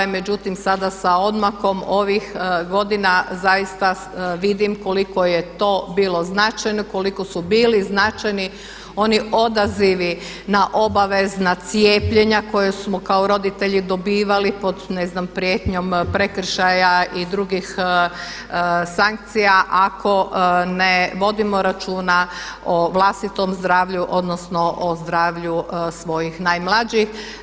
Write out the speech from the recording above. Međutim sada sa odmakom ovih godina zaista vidim koliko je to bilo značajno i koliko su bili značajni oni odazivi na obavezna cijepljenja koja smo kao roditelji dobivali pod ne znam prijetnjom prekršaja i drugih sankcija ako ne vodimo računa o vlastitom zdravlju, odnosno o zdravlju svojih najmlađih.